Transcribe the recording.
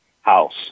house